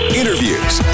interviews